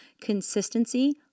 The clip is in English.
consistency